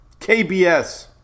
KBS